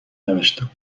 نوشتم